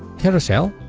carousel